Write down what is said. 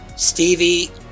Stevie